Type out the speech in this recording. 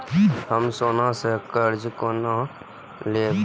हम सोना से कर्जा केना लैब?